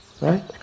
Right